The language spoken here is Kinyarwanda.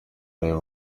areba